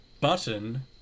button